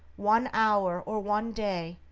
one hour, or one day,